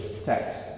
Text